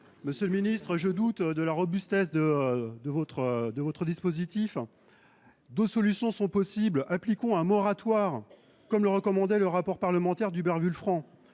réplique. le ministre, je doute de la robustesse de votre dispositif. D’autres solutions sont possibles. Appliquons un moratoire, comme le recommandait le rapport parlementaire d’Hubert Wulfranc.